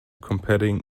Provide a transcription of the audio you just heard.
competing